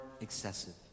excessive